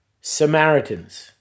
Samaritans